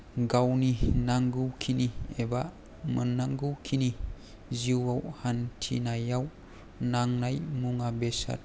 गावनि नांगौखिनि एबा मोन्नांगौखिनि जिउआव हान्थिनायाव नांनाय मुवा बेसाद